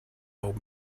old